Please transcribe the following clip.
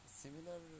similar